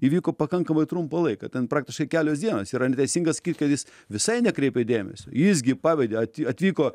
įvyko pakankamai trumpą laiką ten praktiškai kelios dienos yra neteisinga sakyt kad jis visai nekreipė dėmesio jis gi pavedė at atvyko